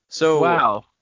Wow